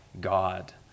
God